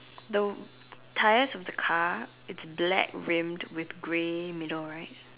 the tyres of the car it's black rimmed with grey middle right